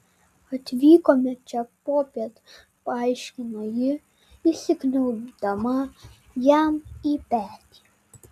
atvykome čia popiet paaiškino ji įsikniaubdama jam į petį